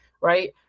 right